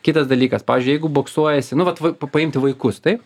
kitas dalykas pavyzdžiui jeigu boksuojasi nu vat pa paimti vaikus taip